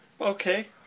Okay